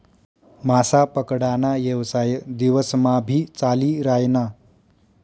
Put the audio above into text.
मासा पकडा ना येवसाय दिवस मा भी चाली रायना